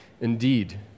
Indeed